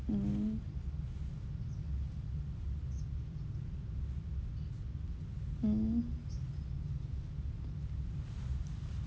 mm mm